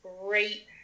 great